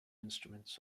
instruments